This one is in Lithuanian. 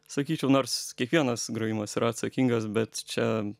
sakyčiau nors kiekvienas grojimas yra atsakingas bet čia